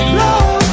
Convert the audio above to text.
love